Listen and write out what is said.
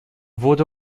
wurde